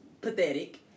pathetic